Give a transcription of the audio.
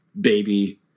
baby